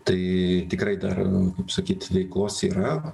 tai tikrai dar kaip sakyt veiklos yra